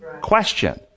question